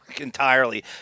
entirely